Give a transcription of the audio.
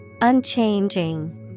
Unchanging